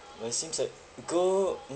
but it seems like gold mm